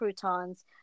croutons